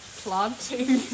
planting